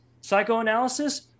psychoanalysis